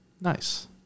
Nice